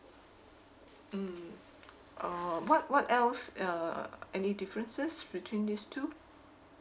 mm uh what what else uh any differences between these two